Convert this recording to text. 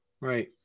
Right